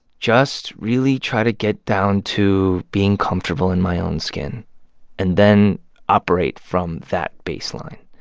just really try to get down to being comfortable in my own skin and then operate from that baseline.